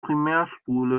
primärspule